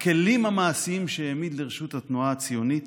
הכלים המעשים שהעמיד לרשות התנועה הציונית,